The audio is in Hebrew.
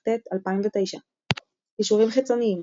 תשס"ט 2009. קישורים חיצוניים